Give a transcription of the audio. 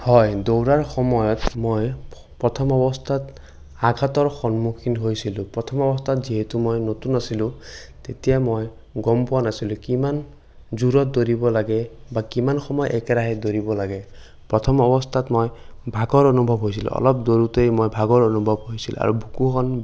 হয় দৌৰাৰ সময়ত মই প্ৰথম অৱস্থাত আঘাতৰ সন্মুখীন হৈছিলোঁ প্ৰথম অৱস্থাত যিহেতু মই নতুন আছিলোঁ তেতিয়া মই গ'ম পোৱা নাছিলোঁ কিমান জোৰত দৌৰিব লাগে বা কিমান সময় একেৰাহে দৌৰিব লাগে প্ৰথম অৱস্থাত মই ভাগৰ অনুভৱ হৈছিলোঁ অলপ দৌৰোঁতেই মই ভাগৰ অনুভৱ হৈছিল আৰু বুকুখন